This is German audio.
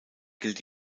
gilt